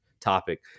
topic